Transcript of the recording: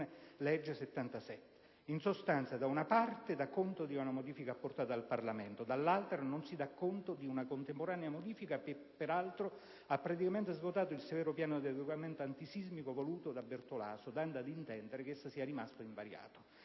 n. 77). In sostanza, da una parte si dà conto di una modifica apportata dal Parlamento, dall'altra non si dà conto di una contemporanea modifica che peraltro ha praticamente svuotato il severo piano di adeguamento antisismico voluto dal sottosegretario Bertolaso, dando ad intendere che esso sia rimasto invariato.